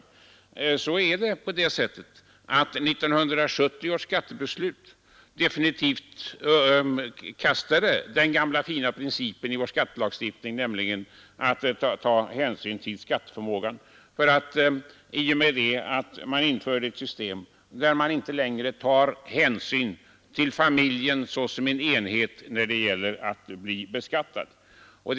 Det är på det sättet att 1970 års skattebeslut definitivt förkastade den gamla fina principen i vår skattelagstiftning att ta hänsyn till skatteförmågan i och med att man införde ett system där man inte längre tar hänsyn till familjen såsom en enhet vid beskattningen.